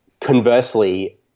conversely